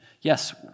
yes